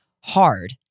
hard